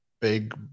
big